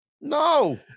No